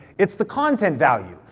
it's the content value.